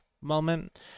moment